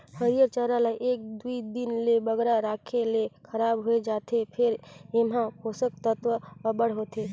हयिर चारा ल एक दुई दिन ले बगरा राखे ले खराब होए जाथे फेर एम्हां पोसक तत्व अब्बड़ होथे